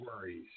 worries